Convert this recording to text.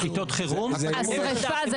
אם יש שריפה,